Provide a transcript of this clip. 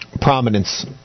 prominence